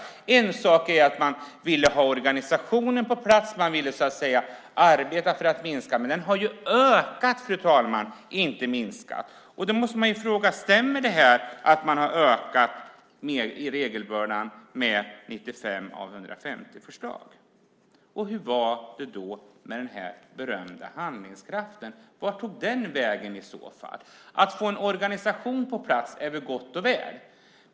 Det är en sak att man ville ha organisationen på plats och arbeta för att minska bördan. Men den har ökat, fru talman, och inte minskat. Då måste man fråga sig om det stämmer när man har ökat regelbördan med 95 av 150 förslag. Hur är det då med den berömda handlingskraften? Var tog den i så fall vägen? Det är gott och väl att få en organisation på plats.